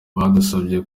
badusabye